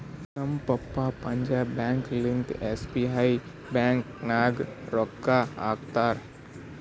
ನಮ್ papa Punjab bank ಲಿಂತಾ SBI bank ನಾಗ್ ರೊಕ್ಕಾ ಹಾಕ್ತಾರ್